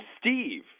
Steve